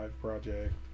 project